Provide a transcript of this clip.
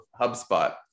HubSpot